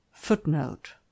Footnote